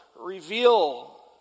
reveal